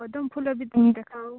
ପଦ୍ମଫୁଲ ବି ଦେଖାଅ